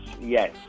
Yes